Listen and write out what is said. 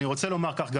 אני רוצה לומר כך.